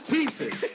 Pieces